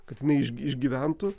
kad jinai iš išgyventų